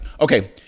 okay